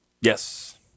Yes